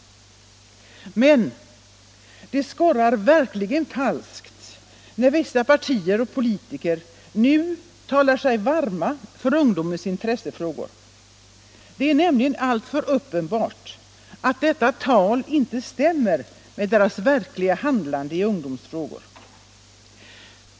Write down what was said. Men det skorrar verkligen falskt när vissa partier och politiker nu talar sig varma för ungdomens intressefrågor. Det är nämligen alltför uppenbart att detta tal inte stämmer med deras verkliga handlande i ungdomsfrågor.